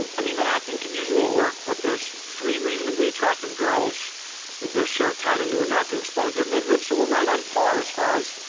i mean the acting could use a little work but there's three reasonably attractive girls with their shirt tied into a knot to expose their midriff so we're right on par as far as.